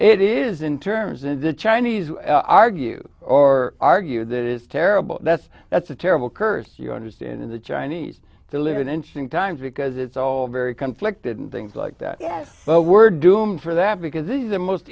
it is in terms of the chinese argue or argue that is terrible that's that's a terrible curse you understand the chinese to live in interesting times because it's all very conflicted and things like that yes but we're doomed for that because this is the most